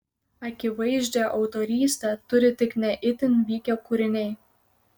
akivaizdžią autorystę turi tik ne itin vykę kūriniai